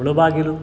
Mulbagal